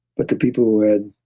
but the people who had